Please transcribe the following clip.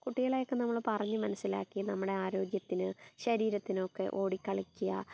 കുട്ടികളെ ഒക്കെ നമ്മൾ പറഞ്ഞ് മനസ്സിലാക്കി നമ്മുടെ ആരോഗ്യത്തിന് ശരീരത്തിനൊക്കെ ഓടി കളിക്കുക